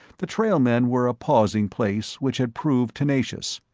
the trailmen were a pausing-place which had proved tenacious.